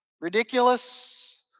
Ridiculous